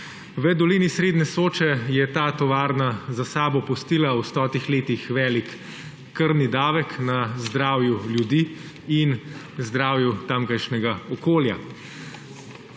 V dolini srednje Soče je ta tovarna za sabo pustila v stotih letih velik krvni davek na zdravju ljudi in zdravju tamkajšnjega okolja.